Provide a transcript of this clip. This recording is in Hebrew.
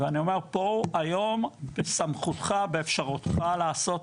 ואני אומר פה היום בסמכותך ובאפשרותך לעשות,